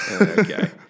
Okay